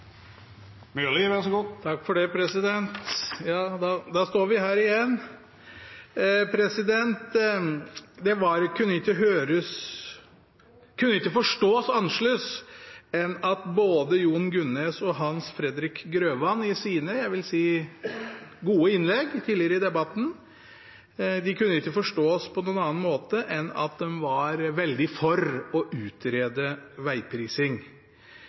Det vert replikkordskifte. Da står vi her igjen. Verken Jon Gunnes’ eller Hans Fredrik Grøvans – jeg vil si – gode innlegg tidligere i debatten kunne forstås på noen annen måte enn at de var veldig for å utrede